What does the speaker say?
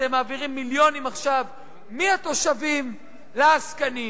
אתם מעבירים מיליונים עכשיו מהתושבים לעסקנים,